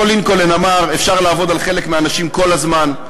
אותו לינקולן אמר: אפשר לעבוד על חלק מהאנשים כל הזמן,